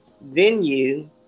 venue